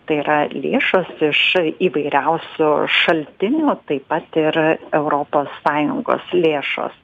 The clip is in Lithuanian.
tai yra lėšos iš įvairiausių šaltinių taip pat ir europos sąjungos lėšos